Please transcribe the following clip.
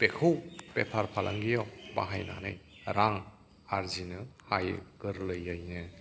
बेखौ बेफार फालांगियाव बाहायनानै रां आरजिनो हायो गोरलैयैनो